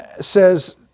says